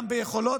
גם ביכולות.